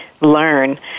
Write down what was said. learn